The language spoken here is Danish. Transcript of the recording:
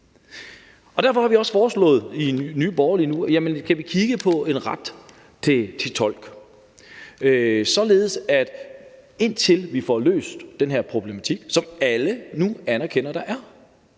Derfor har vi i Nye Borgerlige også foreslået, at vi kigger på en ret til tolk, således at vi, indtil vi får løst den her problematik, som alle nu anerkender der er,